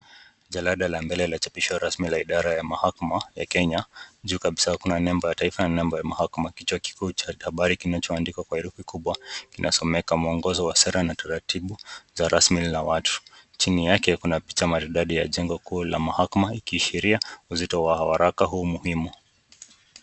Jalada la mbele la chapisho rasmi la idara ya mahakama ya Kenya. Juu kabisa kuna nembo ya taifa na nembo ya mahakama. Kichwa kikuu cha habari kinachoandikwa kwa herufi kubwa kinasomeka mwongozo wa sera na taratibu za rasmi na watu. Chini yake kuna picha maridadi ya jengo kuu la mahakama ikiashiria uzito wa waraka huu muhimu.